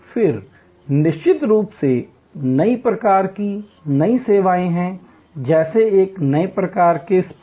फिर निश्चित रूप से नई प्रकार की नई सेवाएं हैं जैसे एक नए प्रकार के स्पा